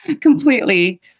completely